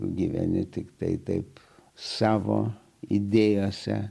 gyveni tiktai taip savo idėjose